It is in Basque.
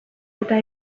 eta